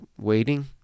waiting